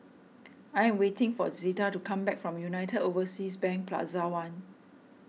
I am waiting for Zeta to come back from United Overseas Bank Plaza one